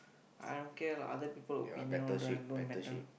I don't care lah other people opinion all that don't matter